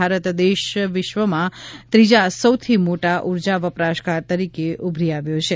ભારત દેશ વિશ્વમાં ત્રીજા સૌથી મોટા ઉર્જા વપરાશકાર તરીકે ઉભરી આવ્યો છે